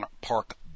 Park